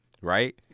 right